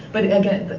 but again,